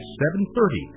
7.30